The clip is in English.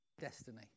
destiny